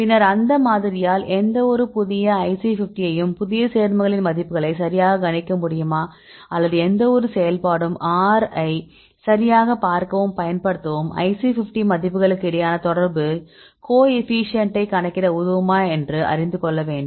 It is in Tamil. பின்னர் அந்த மாதிரியால் எந்தவொரு புதிய IC50 ஐயும் புதிய சேர்மங்களின் மதிப்புகளை சரியாக கணிக்க முடியுமா அல்லது எந்தவொரு செயல்பாடும் r ஐ சரியாகப் பார்க்கவும் பயன்படுத்தவும் IC50 மதிப்புகளுக்கு இடையேயான தொடர்பு கோஎஃபீஷியேன்ட்டை கணக்கிட உதவுமா என்று அறிந்து கொள்ள வேண்டும்